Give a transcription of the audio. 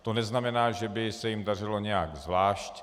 To neznamená, že by se jim dařilo nějak zvlášť.